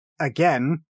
again